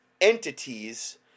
entities